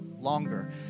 longer